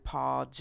Paul